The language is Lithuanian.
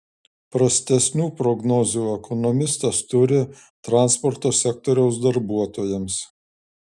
prastesnių prognozių ekonomistas turi transporto sektoriaus darbuotojams